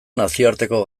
nazioarteko